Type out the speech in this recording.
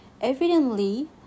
Evidently